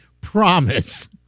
Promise